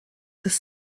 this